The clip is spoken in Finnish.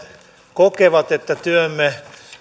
kokevat että työmme